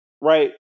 right